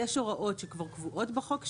יש הוראות שכבר קבועות בחוק שלנו,